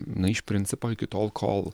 na iš principo iki tol kol